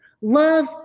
Love